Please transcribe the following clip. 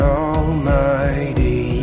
almighty